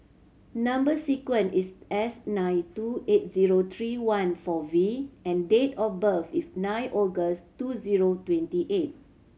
number sequence is S nine two eight zero three one four V and date of birth is nine August two zero twenty eight